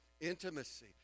Intimacy